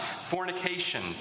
Fornication